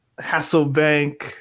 Hasselbank